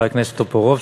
חבר הכנסת טופורובסקי,